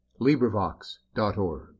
LibriVox.org